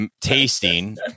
tasting